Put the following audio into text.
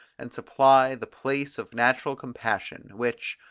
and supply the place of natural compassion, which,